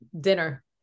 dinner